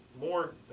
more